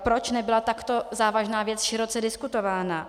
Proč nebyla takto závažná věc široce diskutována?